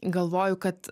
galvoju kad